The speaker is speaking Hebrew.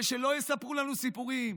ושלא יספרו לנו סיפורים,